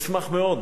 אשמח מאוד